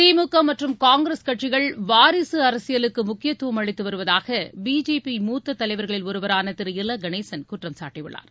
திமுக மற்றும் காங்கிரஸ் கட்சிகள் வாரிசு அரசியலுக்கு முக்கியத்துவம் அளித்து வருவதாக பிஜேபி மூத்த தலைவர்களில் ஒருவரான திரு இல கணேசன் குற்றம் சாட்டியுள்ளார்